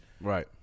Right